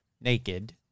naked